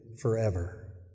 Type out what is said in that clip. forever